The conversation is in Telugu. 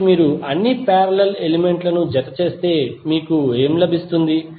కాబట్టి మీరు అన్ని పారేలల్ ఎలిమెంట్ లను జత చేస్తే మీకు ఏమి లభిస్తుంది